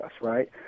right